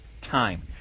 time